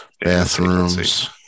bathrooms